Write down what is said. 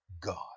God